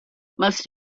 most